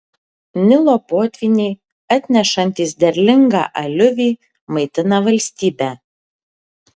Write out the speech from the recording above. nilo potvyniai atnešantys derlingą aliuvį maitina valstybę